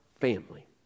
family